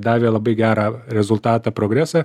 davė labai gerą rezultatą progresą